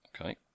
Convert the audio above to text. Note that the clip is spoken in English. Okay